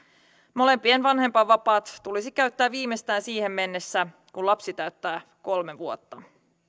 molempien vanhempainvapaat tulisi käyttää viimeistään siihen mennessä kun lapsi täyttää kolme vuotta